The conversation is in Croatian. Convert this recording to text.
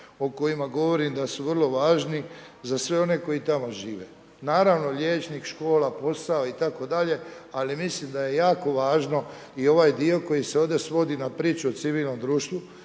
o kojima govorim da su vrlo važni za sve one koji tamo žive. Naravno, liječnik, škola, posao itd., ali mislim da je jako važno i ovaj dio koji se ovdje svodi na priču o civilnom društvu.